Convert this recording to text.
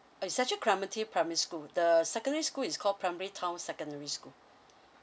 uh it's actually clementi primary school the secondary school is called primary town secondary school